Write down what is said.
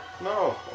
No